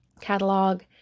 catalog